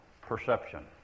perception